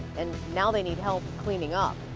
and now they need help cleaning up.